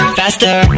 faster